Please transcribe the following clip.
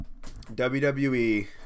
WWE